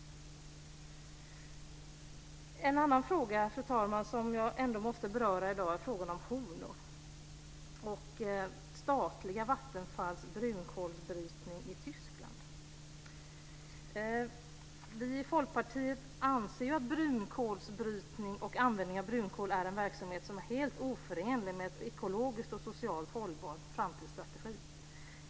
En annan fråga, fru talman, som jag måste beröra i dag är frågan om Horno och statliga Vattenfalls brunkolsbrytning i Tyskland. Vi i Folkpartiet anser att brunkolsbrytning och användning av brunkol är en verksamhet som är helt oförenlig med en ekologiskt och socialt hållbar framtidsstrategi.